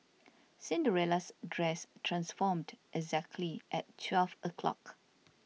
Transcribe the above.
Cinderella's dress transformed exactly at twelve o'clock